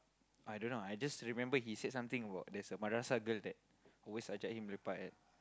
I don't know I just remember he said something about there's a madrasah girl that always ajak him lepak at